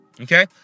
Okay